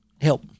help